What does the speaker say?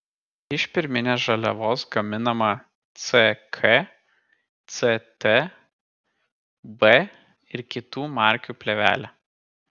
iš pirminės žaliavos gaminama ck ct b ir kitų markių plėvelė